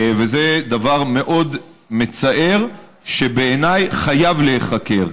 זה דבר מאוד מצער, שבעיניי חייב להיחקר.